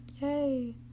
yay